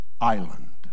Island